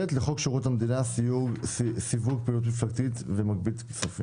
לחוק שירות המדינה (סיוג פעילות מפלגתית ומגבית כספים).